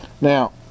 Now